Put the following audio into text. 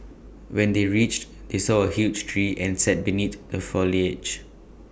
when they reached they saw A huge tree and sat beneath the foliage